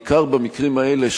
בעיקר במקרים האלה,